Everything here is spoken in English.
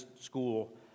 school